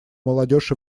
молодежь